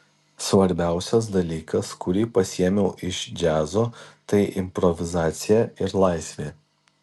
svarbiausias dalykas kurį pasiėmiau iš džiazo tai improvizacija ir laisvė